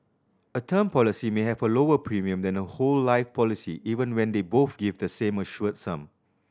a term policy may have a lower premium than a whole life policy even when they both give the same assured sum